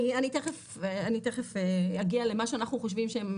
אני תכף אגיע למה שאנחנו חושבים שהן